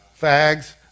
fags